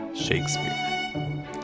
Shakespeare